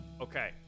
Okay